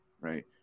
right